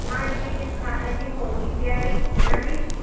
ਹਾਂਜੀ ਜੀ ਸਿਖਾਤਾ ਜੀ ਹੋ ਗਈ ਤਿਆਰੀ ਇਨ੍ਹਾਂ ਦੀ